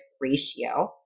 ratio